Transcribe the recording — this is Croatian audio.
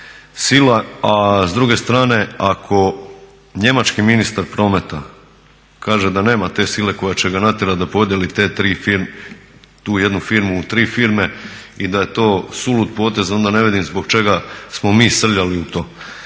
s druge strane ako njemački ministar prometa kaže da nema te sile koja će ga natjerati da podijeli tu jednu firmu u tri firme i da je to sulud potez onda ne vidim zbog čega smo mi srljali u to?